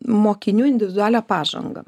mokinių individualią pažangą